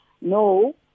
no